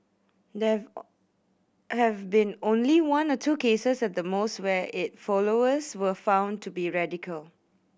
there have been only one or two cases at the most where it followers were found to be radical